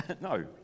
No